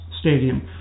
Stadium